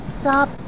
stop